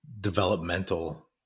developmental